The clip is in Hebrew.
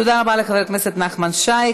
תודה רבה לחבר הכנסת נחמן שי.